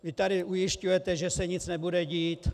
Vy tady ujišťujete, že se nic nebude dít.